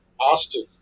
Austin